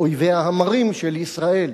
מאויביה המרים של ישראל,